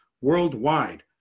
worldwide